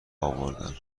آوردن